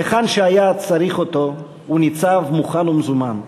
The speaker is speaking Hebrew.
היכן שהיה צריך אותו הוא ניצב מוכן ומזומן,